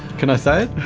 can i say it?